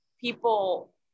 people